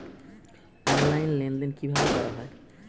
Online লেনদেন কিভাবে করা হয়?